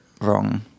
wrong